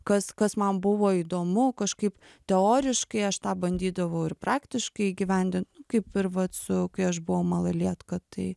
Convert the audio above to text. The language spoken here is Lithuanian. kas kas man buvo įdomu kažkaip teoriškai aš tą bandydavau ir praktiškai įgyvendint kaip ir vat su kai aš buvau malalietka tai